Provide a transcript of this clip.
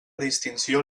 distinció